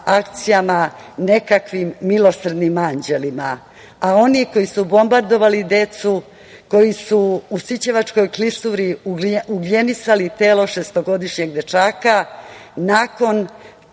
nekakvim milosrdnim anđelima, a oni koji su bombardovali decu, koji su u Sićevačkoj klisuri ugljenisali telo šestogodišnjeg dečaka, nakon